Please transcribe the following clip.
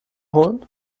holen